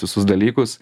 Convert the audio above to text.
visus dalykus